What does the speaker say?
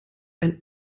ein